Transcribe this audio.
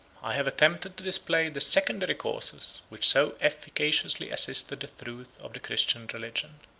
i have attempted to display the secondary causes which so efficaciously assisted the truth of the christian religion.